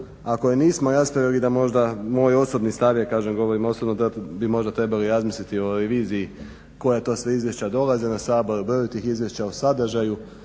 ako ih nismo raspravili, da možda moj osobni stav, kažem govorim osobno da bi možda trebali razmisliti o reviziji koja to sve izvješća dolaze u Sabor, broju tih izvješća o sadržaju,